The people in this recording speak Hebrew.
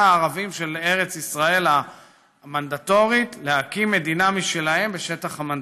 הערבים של הארץ להקים מדינה משלהם בשטח המנדט.